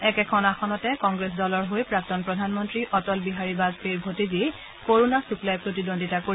একেখন আসনতে কংগ্ৰেছ দলৰ হৈ প্ৰাক্তন প্ৰধানমন্ত্ৰী অটল বিহাৰী বাজপেয়ীৰ ভতিজী কৰুণা শুক্লাই প্ৰতিদ্বন্দ্বিতা কৰিব